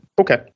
Okay